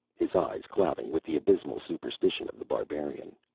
his eyes clouding with the abysmal superstition of the barbarian.